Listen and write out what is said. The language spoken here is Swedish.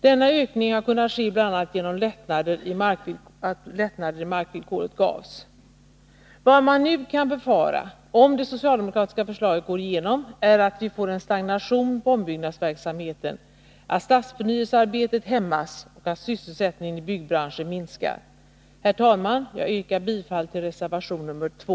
Denna volymökning kunde ske bl.a. genom att lättnader i markvillkoret gavs. Vad man nu kan befara, om det socialdemokratiska förslaget går igenom, är att vi får en stagnation på ombyggnadsverksamheten, att stadsförnyelsearbetet hämmas och att sysselsättningen i byggbranschen minskar. Herr talman! Jag yrkar bifall till reservation 2.